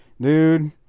dude